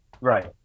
Right